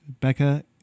Becca